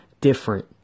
different